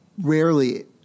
rarely